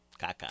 Caca